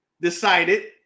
decided